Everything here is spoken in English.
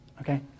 Okay